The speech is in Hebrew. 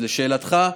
לשאלתך,